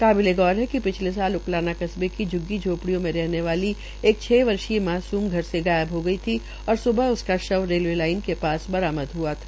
काबिलेगौर है कि पिछले साल उकलाना कस्बे की झ्ग्गी झोपड़ी में रहने वाली छह वर्षीय मासूम घर से गायब हो गई थी और स्बह उसका शव रेलवे लाइन के पास बरामद हआ था